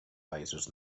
països